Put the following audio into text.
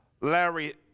Larry